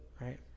right